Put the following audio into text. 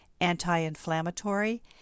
anti-inflammatory